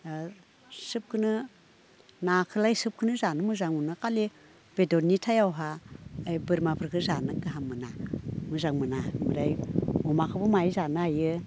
सोबखोनो नाखोलाय सोबखोनो जानो मोजां मोनो खालि बेदरनि थायआवहा ओइ बोरमाफोरखो जानो गाहाम मोना मोजां मोना ओमफ्राय अमाखोबो माय जानो हायो